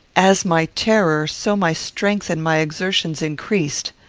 as my terror, so my strength and my exertions increased.